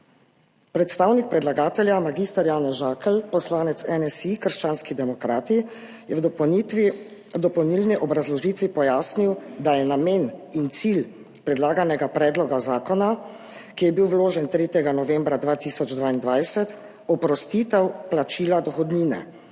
Predstavnik predlagatelja, mag. Janez Žakelj, poslanec NSi – krščanski demokrati, je v dopolnilni obrazložitvi pojasnil, da je namen in cilj predlaganega predloga zakona, ki je bil vložen 3. novembra 2022, oprostitev plačila dohodnine